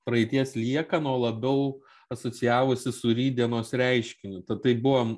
praeities liekana o labiau asocijavosi su rytdienos reiškiniu tad tai buvo